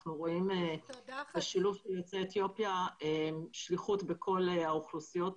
אנחנו רואים בשילוב של יוצאי אתיופיה שליחות בכל האוכלוסיות,